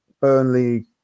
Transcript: Burnley